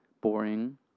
boring